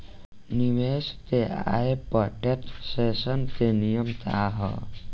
निवेश के आय पर टेक्सेशन के नियम का ह?